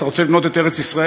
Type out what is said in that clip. אתה רוצה לבנות את ארץ-ישראל?